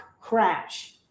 crash